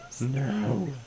No